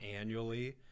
annually